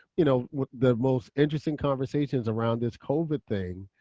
you know the most interesting conversations around this covid thing.